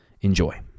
enjoy